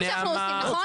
זה מה שאנחנו עושים, נכון?